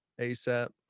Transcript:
asap